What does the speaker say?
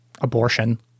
abortion